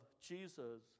Jesus